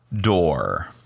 door